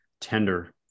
tender